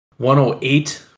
108